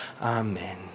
amen